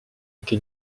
été